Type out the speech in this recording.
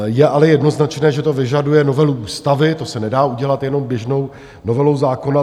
Je ale jednoznačné, že to vyžaduje novelu ústavy, to se nedá udělat jenom běžnou novelou zákona.